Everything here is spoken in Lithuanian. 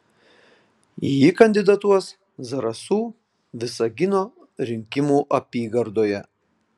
ji kandidatuos zarasų visagino rinkimų apygardoje